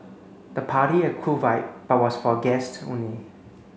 the party had a cool vibe but was for guests only